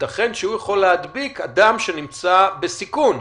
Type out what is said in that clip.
וייתכן שהוא יכול להדביק אדם שנמצא בסיכון,